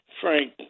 Frank